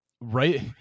right